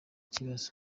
kibazo